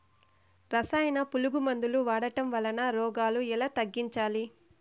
రసాయన పులుగు మందులు వాడడం వలన రోగాలు ఎలా తగ్గించాలి?